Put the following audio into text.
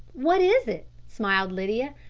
what is it? smiled lydia.